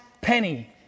penny